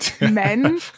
men